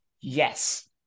yes